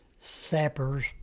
sappers